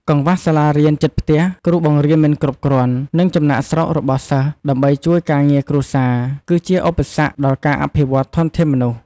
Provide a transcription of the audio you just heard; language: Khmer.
កង្វះសាលារៀនជិតផ្ទះ គ្រូបង្រៀនមិនគ្រប់គ្រាន់ និងចំណាកស្រុករបស់សិស្សដើម្បីជួយការងារគ្រួសារ គឺជាឧបសគ្គដល់ការអភិវឌ្ឍន៍ធនធានមនុស្ស។